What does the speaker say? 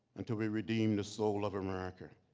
until we redeem the soul of america.